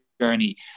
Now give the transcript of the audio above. journey